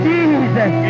Jesus